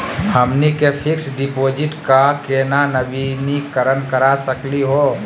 हमनी के fix deposit क केना नवीनीकरण करा सकली हो?